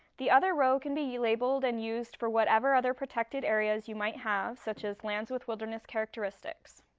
the other row can be labeled and used for whatever other protected areas you might have, such as lands with wilderness characteristics.